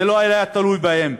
זה לא היה תלוי בהם.